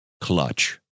clutch